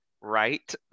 right